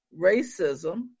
racism